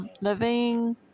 Living